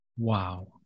Wow